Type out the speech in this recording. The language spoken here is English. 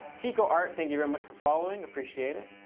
tykkoart, thank you very much for following. appreciate it.